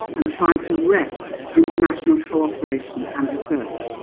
and try to wreck international cooperation and research,